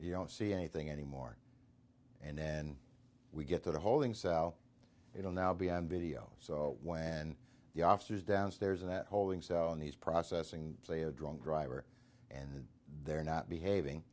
you don't see anything anymore and then we get to the holding cell it will now be on video so when the officers downstairs in that holding cell in these processing play a drunk driver and they're not behaving